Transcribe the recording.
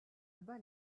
bas